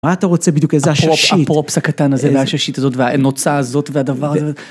מה אתה רוצה בדיוק, איזה שישית. הפרופס הקטן הזה, והשישית הזאת, והנוצה הזאת, והדבר הזה.